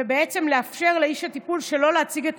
ובעצם לאפשר לאיש הטיפול שלו להציג את